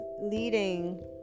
leading